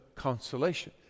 consolation